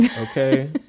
Okay